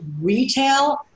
retail